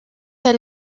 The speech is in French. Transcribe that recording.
elle